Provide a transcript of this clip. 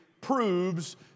proves